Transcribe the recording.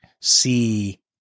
see